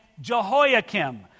Jehoiakim